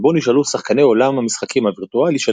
שבו נשאלו שחקני עולם המשחקים הווירטואלי של